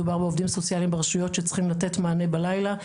מדובר בעובדים סוציאליים ברשויות שצריכים לתת מענה בלילה.